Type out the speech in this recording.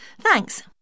Thanks